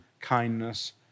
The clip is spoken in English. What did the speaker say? kindness